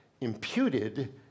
imputed